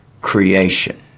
creation